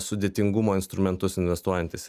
sudėtingumo instrumentus investuojantis